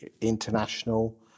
international